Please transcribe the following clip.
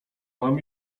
mam